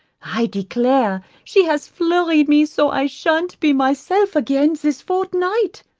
i declare she has flurried me so i shan't be myself again this fortnight.